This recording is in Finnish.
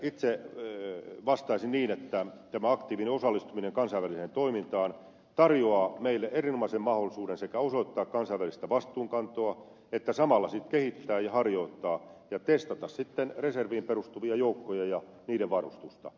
itse vastaisin niin että tämä aktiivinen osallistuminen kansainväliseen toimintaan tarjoaa meille erinomaisen mahdollisuuden sekä osoittaa kansainvälistä vastuunkantoa että samalla sitten kehittää ja harjoittaa ja testata sitten reserviin perustuvia joukkoja ja niiden varustusta